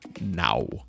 now